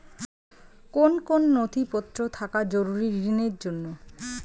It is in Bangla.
কোন কোন নথিপত্র থাকা জরুরি ঋণের জন্য?